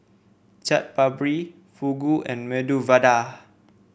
Chaat Papri Fugu and Medu Vada